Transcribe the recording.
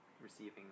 receiving